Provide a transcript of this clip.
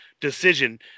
decision